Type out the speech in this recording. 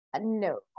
No